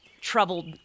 troubled